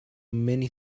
many